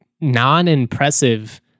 non-impressive